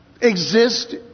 exist